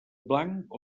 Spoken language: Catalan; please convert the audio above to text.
blanc